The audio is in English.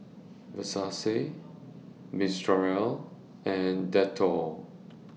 Versace Mistral and Dettol